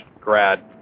grad